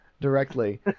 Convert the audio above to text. directly